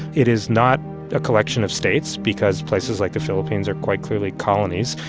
it is not a collection of states because places like the philippines are quite clearly colonies,